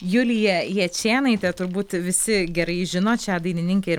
julija jačėnaitė turbūt visi gerai žinot šią dainininkę ir